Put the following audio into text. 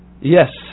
Yes